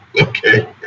okay